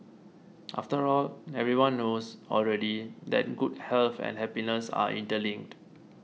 after all everyone knows already that good health and happiness are interlinked